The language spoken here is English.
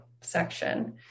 section